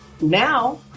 now